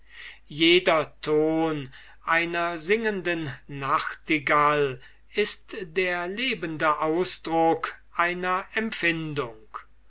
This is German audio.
jeder ton einer singenden nachtigall ist der lebende ausdruck einer empfindung